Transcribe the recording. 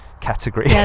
category